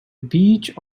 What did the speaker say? beach